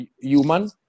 human